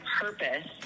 purpose